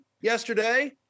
yesterday